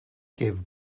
gave